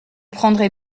prendrez